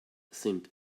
sind